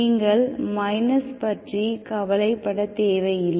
நீங்கள் பற்றி கவலைப்படத் தேவையில்லை